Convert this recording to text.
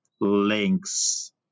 links